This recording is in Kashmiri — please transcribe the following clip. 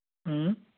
اۭں